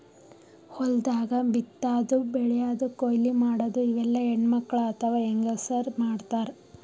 ಹೊಲ್ದಾಗ ಬಿತ್ತಾದು ಬೆಳ್ಯಾದು ಕೊಯ್ಲಿ ಮಾಡದು ಇವೆಲ್ಲ ಹೆಣ್ಣ್ಮಕ್ಕಳ್ ಅಥವಾ ಹೆಂಗಸರ್ ಮಾಡ್ತಾರ್